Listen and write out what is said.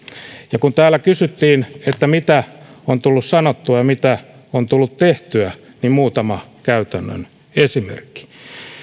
ja kun täällä kysyttiin että mitä on tullut sanottua ja mitä on tullut tehtyä niin muutama käytännön esimerkki